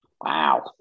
Wow